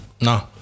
No